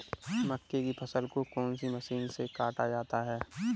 मक्के की फसल को कौन सी मशीन से काटा जाता है?